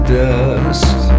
dust